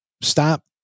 stop